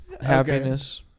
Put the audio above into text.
happiness